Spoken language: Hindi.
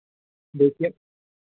देखिए